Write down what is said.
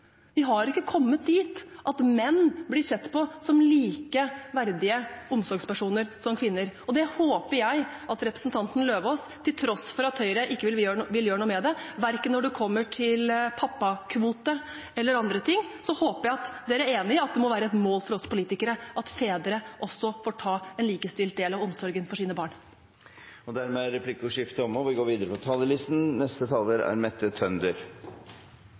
Vi har ikke kommet dit at menn blir sett på som like verdige omsorgspersoner som kvinner, og til tross for at Høyre ikke vil gjøre noe med det verken når det kommer til pappakvote eller andre ting, håper jeg at dere – og representanten Eidem Løvaas – er enig i at det må være et mål for oss politikere at fedre også får ta en likestilt del av omsorgen for sine barn. Dermed er replikkordskiftet omme. Jeg kan i hvert fall si at vi er